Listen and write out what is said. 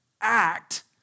act